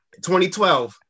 2012